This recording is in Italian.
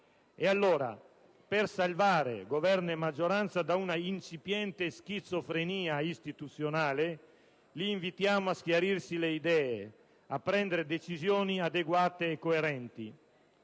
Allora, per salvare Governo e maggioranza da una incipiente schizofrenia istituzionale, li invitiamo a schiarirsi le idee, a prendere decisioni adeguate e coerenti.